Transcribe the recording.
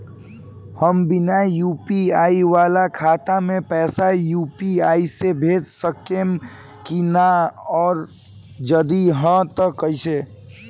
हम बिना यू.पी.आई वाला खाता मे पैसा यू.पी.आई से भेज सकेम की ना और जदि हाँ त कईसे?